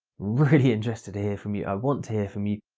really interested to hear from you. i want to hear from you.